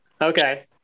Okay